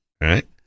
right